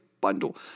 bundle